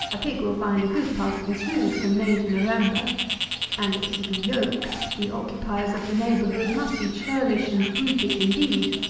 a pig will find a good part of his food from may to november and if he be yoked, the occupiers of the neighbourhood must be churlish and brutish indeed,